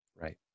Right